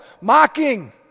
mocking